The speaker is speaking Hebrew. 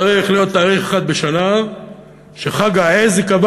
צריך להיות תאריך אחד בשנה שחג העז ייקבע